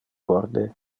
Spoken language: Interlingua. corde